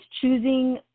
choosing